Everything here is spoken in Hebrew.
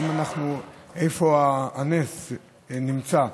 האם אנחנו, איפה הנס נמצא?